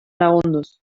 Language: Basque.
lagunduz